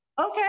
Okay